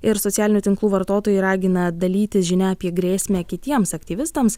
ir socialinių tinklų vartotojai ragina dalytis žinia apie grėsmę kitiems aktyvistams